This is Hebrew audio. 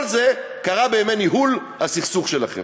כל זה קרה בימי ניהול הסכסוך שלכם.